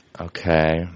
Okay